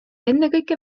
ennekõike